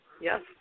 Yes